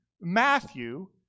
Matthew